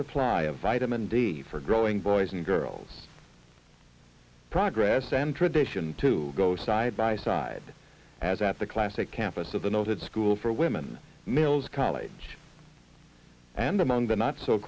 supply of vitamin d for growing boys and girls progress and tradition to go side by side as at the classic campus of the noted school for women mills college and among the not so